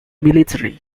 military